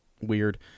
weird